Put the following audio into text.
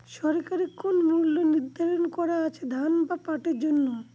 সরকারি কোন মূল্য নিধারন করা আছে ধান বা পাটের জন্য?